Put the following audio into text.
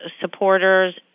supporters